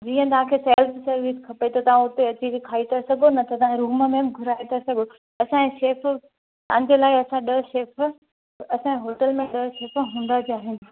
जीअं तव्हांखे self service खपे त तव्हां हुते अची बि खाई था सघो न तव्हां रूम में घुराए था सघो असांजे शेफ तव्हांजे लाइ असां ॾह शेफ असांजे होटल में ॾह शेफ हूंदा ज अहिनि